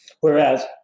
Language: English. Whereas